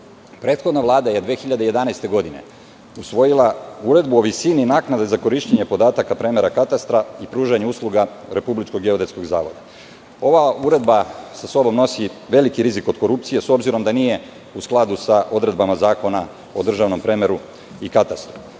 Prethodna Vlada je 2011. godine usvojila Uredbu o visini naknade za korišćenje podataka premera katastra i pružanje usluga RGZ. Ova uredba sa sobom nosi veliki rizik od korupcije, s obzirom da nije u skladu sa odredbama Zakona o državnom premeru i katastru.